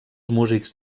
músics